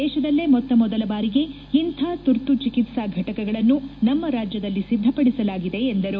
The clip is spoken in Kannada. ದೇಶದಲ್ಲೇ ಮೊತ್ತಮೊದಲ ಬಾರಿಗೆ ಇಂಥ ತುರ್ತು ಚಿಕಿತ್ಸಾ ಫಟಕಗಳನ್ನು ನಮ್ಮ ರಾಜ್ಯದಲ್ಲಿ ಸಿದ್ದಪಡಿಸಲಾಗಿದೆ ಎಂದರು